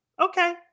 okay